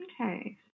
Okay